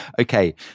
Okay